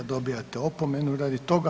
Dobivate opomenu radi toga.